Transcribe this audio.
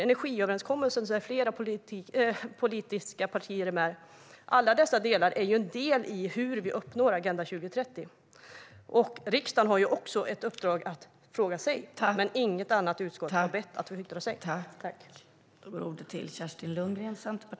Vi har energiöverenskommelsen, där flera olika politiska partier är med. Alla dessa delar är en del i hur vi uppnår Agenda 2030. Riksdagen har också ett uppdrag att yttra sig, men inget annat utskott har bett att få yttra sig här.